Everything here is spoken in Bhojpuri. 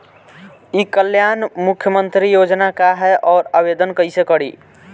ई कल्याण मुख्यमंत्री योजना का है और आवेदन कईसे करी?